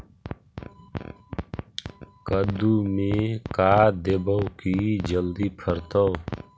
कददु मे का देबै की जल्दी फरतै?